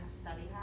study